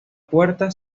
puerta